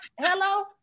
hello